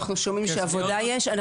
אנחנו שומעים שעבודה יש.